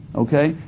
okay,